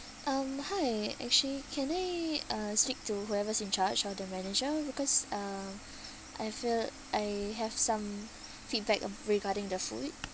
um hi actually can I uh speak to whoever's in charge or the manager because uh I feel I have some feedback ab~ regarding the food